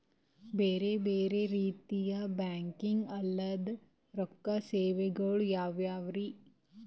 ಬೇರೆ ಬೇರೆ ರೀತಿಯ ಬ್ಯಾಂಕಿಂಗ್ ಅಲ್ಲದ ರೊಕ್ಕ ಸೇವೆಗಳು ಯಾವ್ಯಾವ್ರಿ?